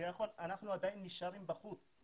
כביכול אנחנו עדיין נשארים בחוץ.